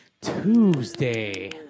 Tuesday